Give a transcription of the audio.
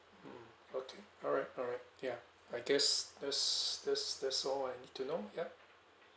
mm okay alright alright ya I guess that's that's that's all I need to know yup